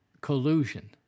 collusion